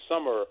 summer